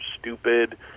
stupid